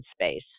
space